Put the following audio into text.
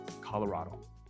Colorado